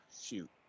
Shoot